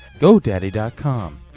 GoDaddy.com